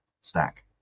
stack